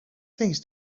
things